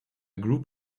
group